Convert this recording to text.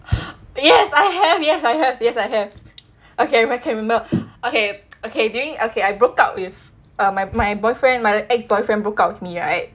yes I have yes I have yes I have okay if I can remember okay okay during okay I broke up with err my my boyfriend my ex-boyfriend broke up with me right